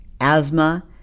asthma